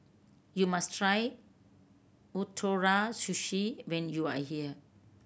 you must try Ootoro Sushi when you are here